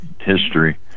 history